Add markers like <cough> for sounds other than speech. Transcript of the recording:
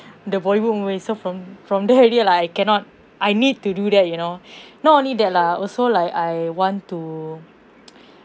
the bollywood movie so from from there already like I cannot I need to do that you know not only that lah also like I want to <noise>